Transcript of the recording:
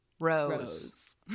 Rose